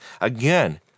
again